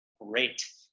Great